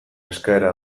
eskaera